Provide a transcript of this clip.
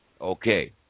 Okay